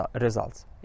results